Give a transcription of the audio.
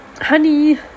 honey